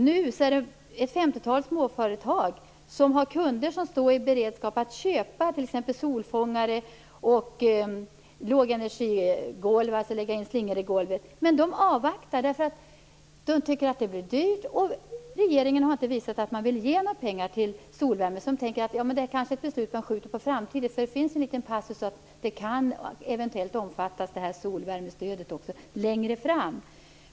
Nu finns det ett femtiotal småföretag som har kunder som står i beredskap att köpa t.ex. solfångare och lågenergigolv, med slingor i golvet. Men de avvaktar, därför att de tycker att det blir dyrt. Regeringen har inte heller visat att man vill ge pengar till solvärme, så de tänker att beslutet kanske skjuts på framtiden. Det finns ju en passus om att solvärmestödet eventuellt kan omfattas längre fram.